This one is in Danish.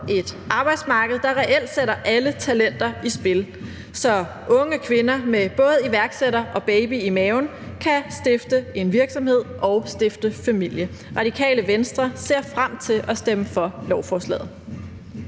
et arbejdsmarked, der reelt sætter alle talenter i spil, så unge kvinder med både iværksætter og baby i maven kan stifte en virksomhed og stifte familie. Radikale Venstre ser frem til at stemme for lovforslaget.